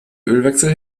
ölwechsel